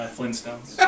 Flintstones